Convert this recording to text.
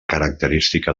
característica